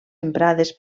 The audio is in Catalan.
emprades